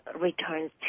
returns